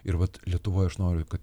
ir vat lietuvoj aš noriu kad